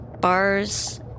bars